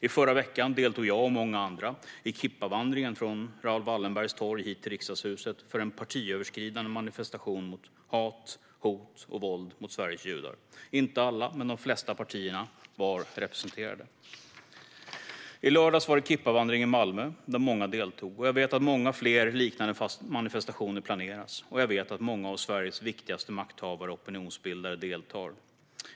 I förra veckan deltog jag och många andra i kippavandringen från Raoul Wallenbergs torg hit till Riksdagshuset för en partiöverskridande manifestation mot hat, hot och våld mot Sveriges judar. Inte alla men de flesta partierna var representerade. I lördags var det kippavandring i Malmö där många deltog. Jag vet att många fler liknande manifestationer planeras, och jag vet att många av Sveriges viktigaste makthavare och opinionsbildare deltar.